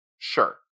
Sure